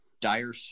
Dire